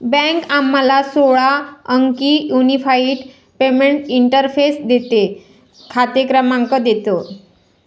bank आम्हाला सोळा अंकी युनिफाइड पेमेंट्स इंटरफेस देते, खाते क्रमांक देतो